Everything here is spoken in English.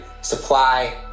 supply